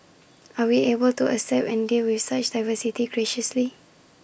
are we able to accept and deal with such diversity graciously